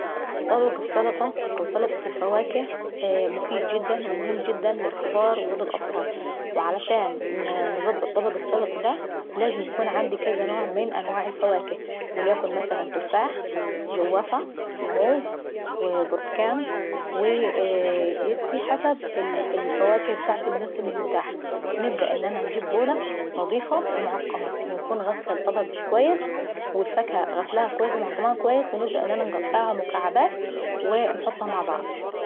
طبق السلطة او سلطة الفواكه مهم جدا ومفيد جدا للكبار وللاطفال. وعشان نظبط طبق السلطة دا لازمايكون عيندي كذا نوع من أنواع الفواكه، وليكن مثلا التفااح، وجوافة وموز وبرتكان ويي اييي يوسفي حسب الفاوكه ابتاعت الموسم المتاحة. نبدا ان انا نجيب بولة نشيفة ومعقمة ونكون غاسلة البولة اكويس ونكون غاسلة الفاكهة اكويس ومعقماها، ونبدا ان انا نقطعها مكعبات واا انحطها امع بعض.